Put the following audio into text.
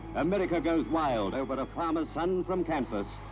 america goes wild over a farmer's son from kansas,